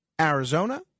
Arizona